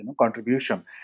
contribution